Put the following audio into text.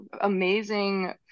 amazing